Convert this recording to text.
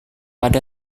ada